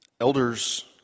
Elders